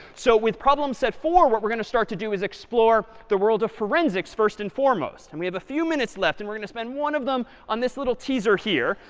so with problem set four, what we're going to start to do is explore the world of forensics, first and foremost. and we have a few minutes left. and we're going to spend one of them on this little teaser here,